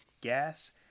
gas